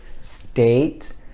state